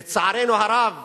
לצערנו הרב,